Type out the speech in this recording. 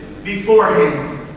Beforehand